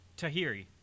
Tahiri